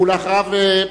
ואחריו,